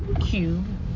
cube